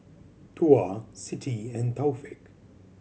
Tuah Siti and Taufik